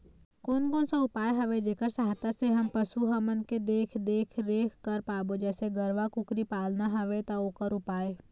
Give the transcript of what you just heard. कोन कौन सा उपाय हवे जेकर सहायता से हम पशु हमन के देख देख रेख कर पाबो जैसे गरवा कुकरी पालना हवे ता ओकर उपाय?